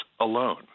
alone